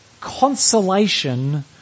consolation